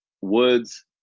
woods